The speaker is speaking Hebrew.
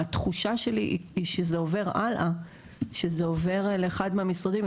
התחושה שלי היא שזה עובר הלאה לאחד מהמשרדים,